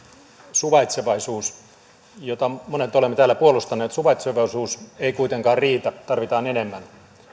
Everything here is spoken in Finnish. suvaitsevaisuus jota monet olemme täällä puolustaneet suvaitsevaisuus ei kuitenkaan riitä tarvitaan enemmän